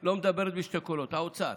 לא מדברת בשני קולות, האוצר.